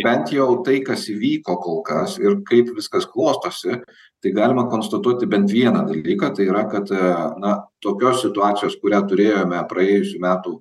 bent jau tai kas įvyko kol kas ir kaip viskas klostosi tai galima konstatuoti bent vieną dalyką tai yra kad na tokios situacijos kurią turėjome praėjusių metų